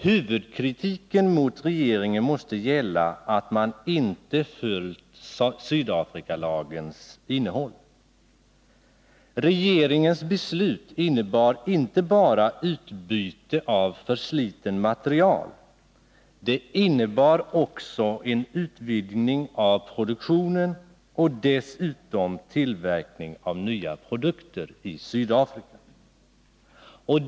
Huvudkritiken mot regeringen måste gälla att man inte följt Sydafrikalagens innehåll. Regeringens beslut innebar inte bara utbyte av förslitet material, det innebar också en utvidgning av produktionen och dessutom tillverkning av nya produkter.